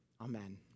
Amen